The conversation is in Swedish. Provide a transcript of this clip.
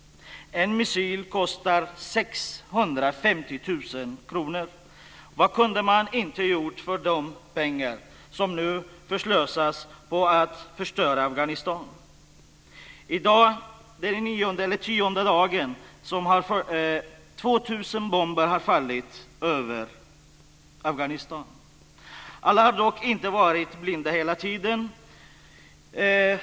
En missil kostar 650 000 kr. Vad kunde man inte gjort för de pengar som nu förslösas på att förstöra Afghanistan? I dag, den nionde eller tionde dagen, har 2 000 bomber fallit över Afghanistan. Alla har dock inte varit blinda hela tiden.